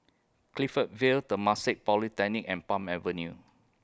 Clifton Vale Temasek Polytechnic and Palm Avenue